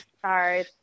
Sorry